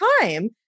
time